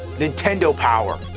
nintendo power!